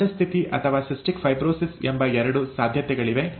ಸಹಜ ಸ್ಥಿತಿ ಅಥವಾ ಸಿಸ್ಟಿಕ್ ಫೈಬ್ರೋಸಿಸ್ ಎಂಬ ಎರಡು ಸಾಧ್ಯತೆಗಳಿವೆ